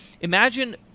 Imagine